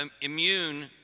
immune